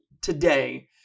today